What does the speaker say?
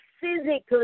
physically